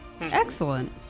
Excellent